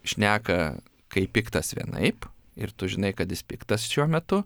šneka kaip piktas vienaip ir tu žinai kad jis piktas šiuo metu